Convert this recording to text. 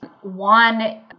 One